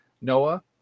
Noah